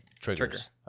triggers